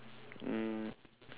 um